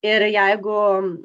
ir jeigu